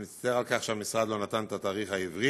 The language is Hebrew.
אני מצטער על כך שהמשרד לא נתן את התאריך העברי,